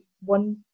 one